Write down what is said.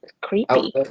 creepy